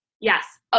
Yes